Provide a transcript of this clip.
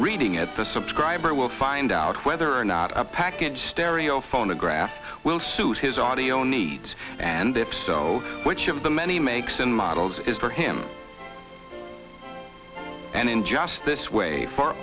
reading at the subscriber will find out whether or not a package stereo phonograph will suit his audio needs and if so which of the many makes and models is for him and in just this way for